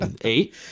eight